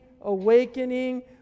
awakening